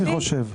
אני חושב.